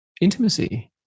intimacy